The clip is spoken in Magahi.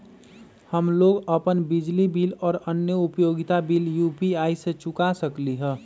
हम लोग अपन बिजली बिल और अन्य उपयोगिता बिल यू.पी.आई से चुका सकिली ह